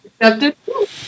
accepted